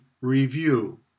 review